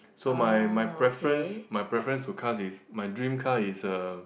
so my my preference my preference to car is my dream car is a